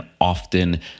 often